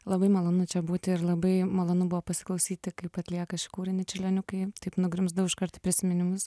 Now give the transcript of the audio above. labai malonu čia būti ir labai malonu buvo pasiklausyti kaip atlieka šį kūrinį čiurlioniukai taip nugrimzdau iškart į prisiminimus